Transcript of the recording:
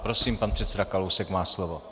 Prosím, pan předseda Kalousek má slovo.